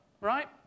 right